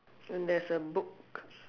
and there's a book